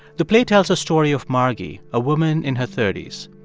the play tells a story of margy, a woman in her thirty s.